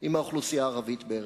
עם האוכלוסייה הערבית בארץ-ישראל.